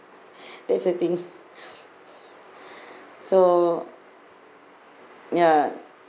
that's the thing so ya